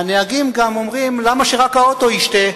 הנהגים גם אומרים: למה שרק האוטו ישתה?